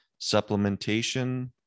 supplementation